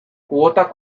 kuotak